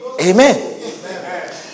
Amen